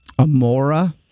Amora